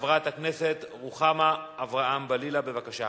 חברת הכנסת רוחמה אברהם-בלילא, בבקשה.